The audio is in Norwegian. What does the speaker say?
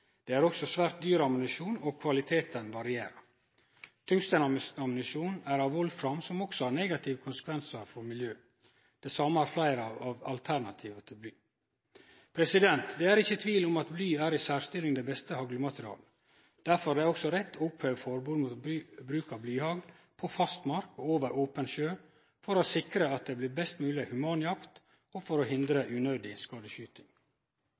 Det er også svært dyr ammunisjon, og kvaliteten varierer. Tungstenammunisjon er av volfram, som også har negative konsekvensar for miljøet. Det same har fleire av alternativa til bly. Det er ikkje tvil om at bly er i særstilling det beste haglmaterialet. Derfor er det også rett å oppheve forbodet mot bruk av blyhagl på fastmark og over open sjø for å sikre at det blir mest mogleg human jakt, og for å hindre unødig skadeskyting.